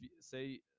say